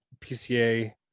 pca